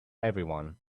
everyone